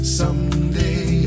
someday